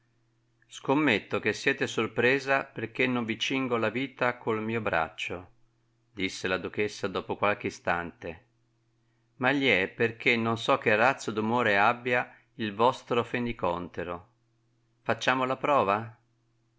scommetto che siete sorpresa perchè non vi cingo la vita col mio braccio disse la duchessa dopo qualche istante ma gli è perchè non so che razza d'umore abbia il vostro fenicòntero facciamo la prova